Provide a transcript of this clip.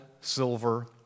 silver